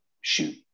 shoot